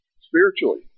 Spiritually